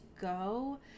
go